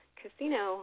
casino